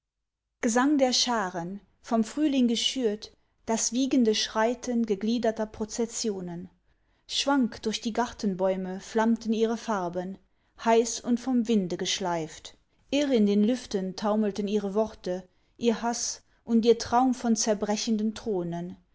gesang der scharen vom frühling geschürt das wiegende schreiten gegliederter prozessionen schwank durch die gartenbäume flammten ihre farben heiß und vom winde geschleift irr in den lüften taumelten ihre worte ihr haß und ihr traum von zerbrechenden thronen